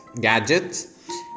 gadgets